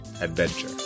adventure